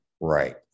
Right